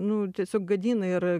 nu tiesiog gadina ir